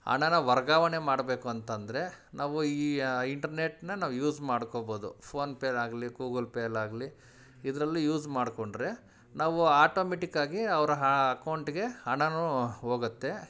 ಹಣನ ವರ್ಗಾವಣೆ ಮಾಡಬೇಕು ಅಂತಂದರೆ ನಾವು ಈ ಯಾ ಇಂಟ್ರ್ನೆಟ್ನ ನಾವು ಯೂಸ್ ಮಾಡ್ಕೊಬೋದು ಫೋನ್ಪೇ ಅಲ್ಲಾಗಲೀ ಗೂಗಲ್ ಪೇ ಅಲ್ಲಾಗಲೀ ಇದರಲ್ಲಿ ಯೂಸ್ ಮಾಡಿಕೊಂಡ್ರೆ ನಾವು ಆಟೋಮೆಟಿಕ್ಕಾಗಿ ಅವರ ಆ ಅಕೌಂಟಿಗೆ ಹಣಾನು ಹೋಗತ್ತೆ